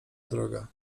droga